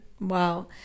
wow